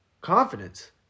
confidence